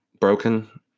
broken